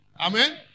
Amen